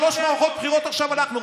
שלוש מערכות בחירות עכשיו אנחנו,